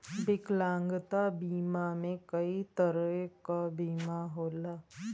विकलांगता बीमा में कई तरे क बीमा होला